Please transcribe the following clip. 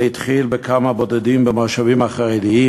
זה התחיל בכמה בודדים במושבים החרדיים,